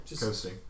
coasting